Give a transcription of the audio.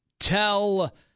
tell